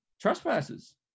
trespasses